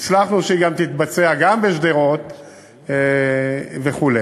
הצלחנו שהיא תתבצע, גם בשדרות וכו'.